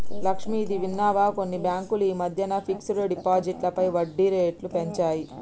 లక్ష్మి, ఇది విన్నావా కొన్ని బ్యాంకులు ఈ మధ్యన ఫిక్స్డ్ డిపాజిట్లపై వడ్డీ రేట్లు పెంచాయి